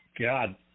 God